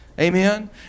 Amen